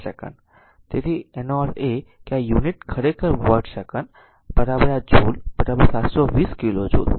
તેથી આટલું તેનો અર્થ છે કે આ યુનિટ ખરેખર વોટ સેકન્ડ આ જૂલ 720 કિલો જૂલ